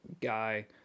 guy